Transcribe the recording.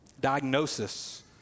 diagnosis